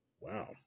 Wow